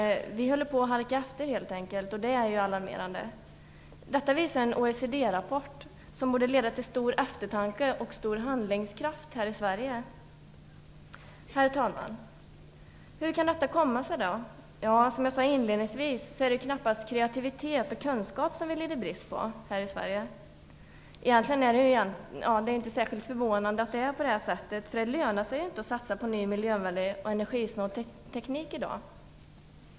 Vi håller på att halka efter helt enkelt, och det är ju alarmerande. Detta visar en OECD-rapport som borde leda till stor eftertanke och stor handlingskraft i Sverige. Herr talman! Hur kan detta komma sig? Som jag inledningsvis sade är det knappast kreativitet och kunskap som vi lider brist på här i Sverige. Egentligen är det inte särskilt förvånande att det är på det här sättet. Det lönar sig ju inte satsa på ny miljövänlig och energisnål teknik i dag.